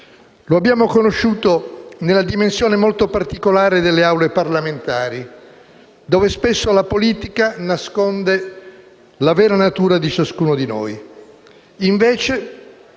Lo abbiamo conosciuto nella dimensione molto particolare delle Aule parlamentari, dove spesso la politica nasconde la vera natura di ciascuno di noi.